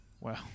Wow